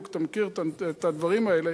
אתה מכיר את הדברים האלה,